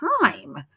time